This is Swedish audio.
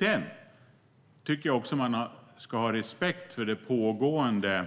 Jag tycker också att man ska ha respekt för det pågående